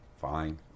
fine